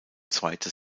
zweite